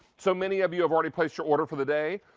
so many of you have already placed your order for the day.